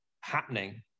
happening